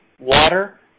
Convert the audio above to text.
water